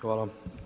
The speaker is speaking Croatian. Hvala.